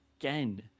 again